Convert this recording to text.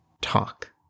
talk